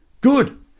good